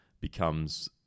becomes